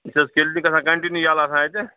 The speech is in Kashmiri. یہِ چھِ حظ کِلنِک آسان کَنٹِنیوٗ ییٚلہٕ آسان اَتہِ